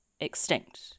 extinct